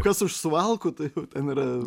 kas už suvalkų tai ten yra